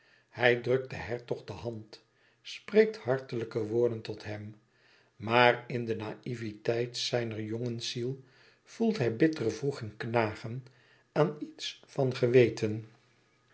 hij drukt den hertog de hand spreekt hartelijke woorden tot hem maar in de naiïveteit zijner jongensziel voelt hij bittere wroeging knagen aan ets van geweten